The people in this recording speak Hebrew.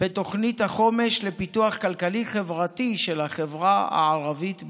בתוכנית החומש לפיתוח כלכלי-חברתי של החברה הערבית בישראל.